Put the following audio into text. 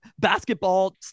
basketball